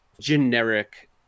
Generic